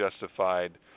justified